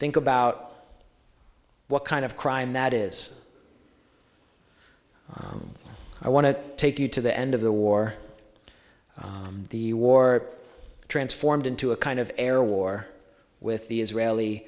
think about what kind of crime that is i want to take you to the end of the war the war transformed into a kind of air war with the israeli